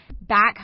back